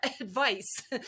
advice